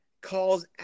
calls